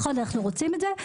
אנחנו רוצים את זה,